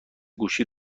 گوشی